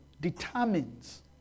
determines